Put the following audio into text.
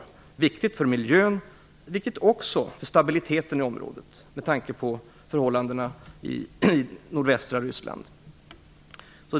Det är viktigt för miljön, men också för stabiliteten i området, med tanke på förhållandena i nordvästra Ryssland.